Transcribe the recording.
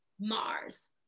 Mars